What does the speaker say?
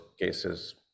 cases